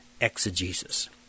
exegesis